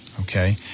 Okay